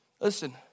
Listen